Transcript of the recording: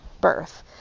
birth